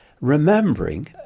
remembering